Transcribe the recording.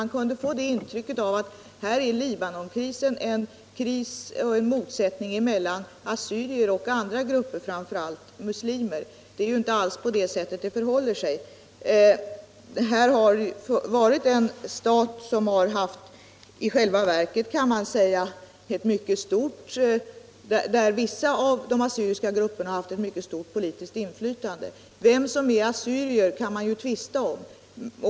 Man kunde få det intrycket att krisen i Libanon är en motsättning mellan assyrier och andra grupper, framför allt muslimer. Det förhåller sig inte alls på det sättet. Libanon har varit en stat där vissa av de assyriska grupperna haft ett mycket stort politiskt inflytande, och vem som är assyrier kan man tvista om.